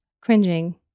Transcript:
cringing